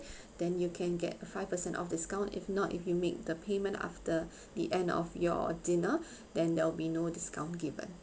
then you can get a five percent of discount if not if you make the payment after the end of your dinner then there will be no discount given